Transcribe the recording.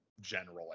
general